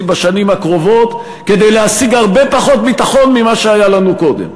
בשנים הקרובות כדי להשיג הרבה פחות ביטחון ממה שהיה לנו קודם.